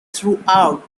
throughout